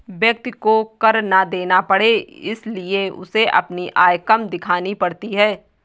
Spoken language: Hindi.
व्यक्ति को कर ना देना पड़े इसलिए उसे अपनी आय कम दिखानी पड़ती है